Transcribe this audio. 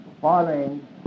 following